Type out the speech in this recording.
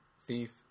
Thief